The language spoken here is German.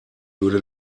würde